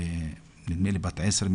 נדמה לי בת עשר,